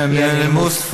כן, מהנימוס.